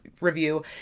review